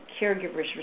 caregivers